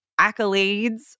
accolades